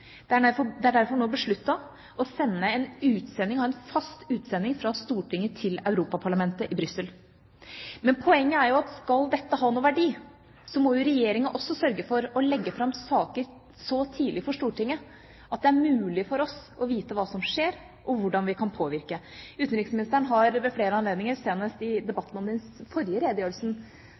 Det er derfor nå besluttet å sende en utsending – en fast utsending – fra Stortinget til Europaparlamentet i Brussel. Men poenget er at skal dette ha noen verdi, må Regjeringa også sørge for å legge fram saker så tidlig for Stortinget at det er mulig for oss å vite hva som skjer, og hvordan vi kan påvirke. Utenriksministeren har ved flere anledninger, senest i debatten om den forrige redegjørelsen,